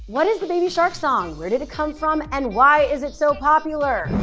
what is the baby shark song? where did it come from and why is it so popular?